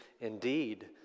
indeed